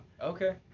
Okay